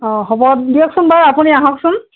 অঁ হ'ব দিয়কচোন বাৰু আপুনি আহকচোন